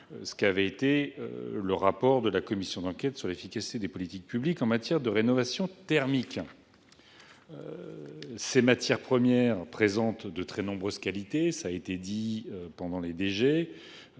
conclusions du rapport de la commission d’enquête sur l’efficacité des politiques publiques en matière de rénovation thermique. Ces matières premières présentent de très nombreuses qualités, parmi lesquelles le